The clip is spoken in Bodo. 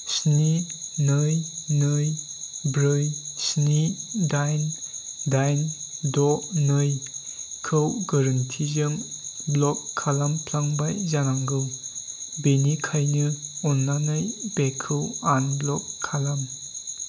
स्नि नै नै ब्रै स्नि दाइन दाइन द' नैखौ गोरोन्थिजों ब्ल'क खालामफ्लांबाय जानांगौ बेनिखायनो अन्नानै बेखौ आनब्ल'क खालाम